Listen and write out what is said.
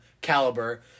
caliber